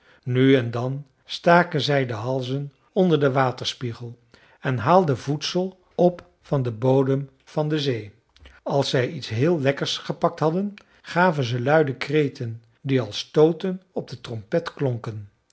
nu en dan staken zij de halzen onder den waterspiegel en haalden voedsel op van den bodem der zee als zij iets heel lekkers gepakt hadden gaven ze luide kreten die als stooten op de trompet klonken